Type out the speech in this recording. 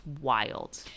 wild